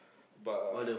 but